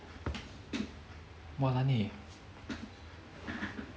walan eh